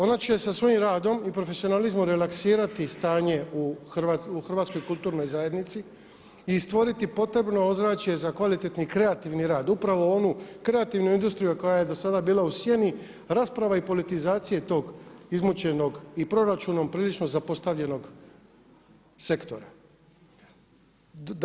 Ona će sa svojim radom i profesionalizmom relaksirati stanje u hrvatskoj kulturnoj zajednici i stvoriti potrebno ozračje za kvalitetni i kreativni rad, upravo onu kreativnu industriju koja je do sada bila u sjeni rasprava i politizacije tog izmučenog i proračunom prilično zapostavljenog sektora.